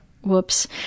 whoops